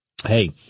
Hey